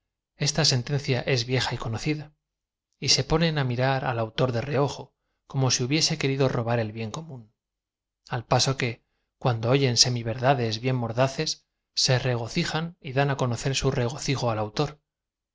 esta sen tencia es vieja y conocida y se ponen á m irar al au tor de reojo como si hubiese querido robar el bien co mn a l paso que cuando oyen semíverdades bien mordaces se regocijan y dan á conocer su regocijo al autor